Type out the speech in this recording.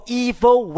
evil